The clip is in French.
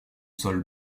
sol